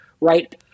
right